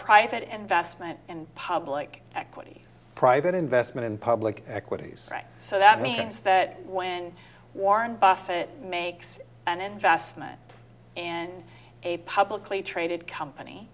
private investment and public equities private investment in public equities so that means that when warren buffett makes an investment and a publicly traded company